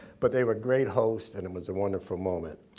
but they were great hosts and it was a wonderful moment.